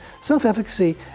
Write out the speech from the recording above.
self-efficacy